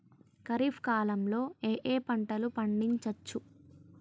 ఖరీఫ్ కాలంలో ఏ ఏ పంటలు పండించచ్చు?